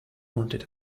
wanted